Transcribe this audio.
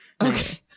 Okay